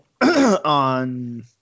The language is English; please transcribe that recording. on